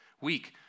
Weak